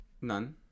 None